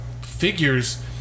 figures